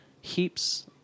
heaps